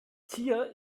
trier